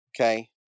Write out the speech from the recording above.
okay